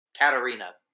Katarina